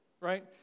Right